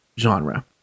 genre